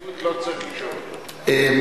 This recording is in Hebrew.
אשר ירצו להעמיד את מועמדותם לבחירה, בגלל